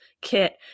kit